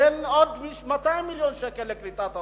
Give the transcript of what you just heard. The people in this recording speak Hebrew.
תן עוד 200 מיליון שקל לקליטת העולים.